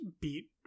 beat